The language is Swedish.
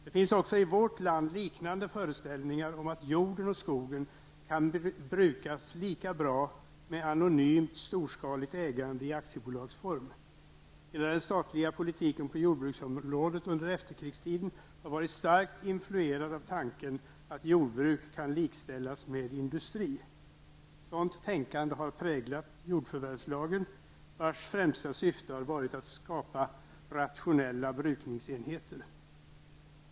Det finns också i vårt land liknande föreställningar om att jorden och skogen kan brukas lika bra med anonymt, storskaligt ägande i aktiebolagsform. Hela den statliga politiken på jordbruksområdet under efterkrigstiden har varit starkt influerad av tanken att jordbruk kan likställas med industri. Sådant tänkande har präglat jordförvärvslagen, vars främsta syfte har varit att skapat rationella brukningsenheter.